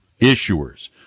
issuers